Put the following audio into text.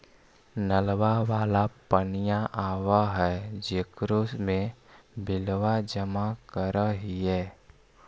नलवा वाला पनिया आव है जेकरो मे बिलवा जमा करहिऐ?